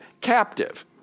captive